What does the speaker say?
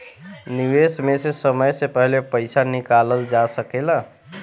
निवेश में से समय से पहले पईसा निकालल जा सेकला?